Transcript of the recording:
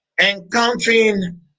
encountering